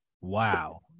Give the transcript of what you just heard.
Wow